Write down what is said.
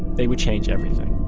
they would change everything